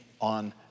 on